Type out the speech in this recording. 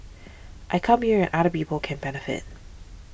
I come here and other people can benefit